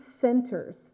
centers